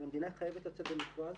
אבל המדינה חייבת לצאת למכרז,